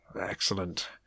Excellent